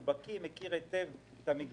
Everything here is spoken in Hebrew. הוא בקיא, הוא מכיר היטב את המגבלות.